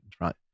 right